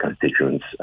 constituents